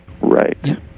Right